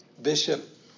Bishop